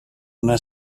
una